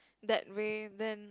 that way then